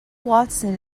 watson